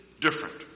different